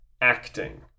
acting